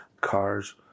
Cars